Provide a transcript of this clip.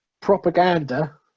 propaganda